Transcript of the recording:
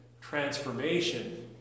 transformation